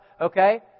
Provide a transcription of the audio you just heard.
Okay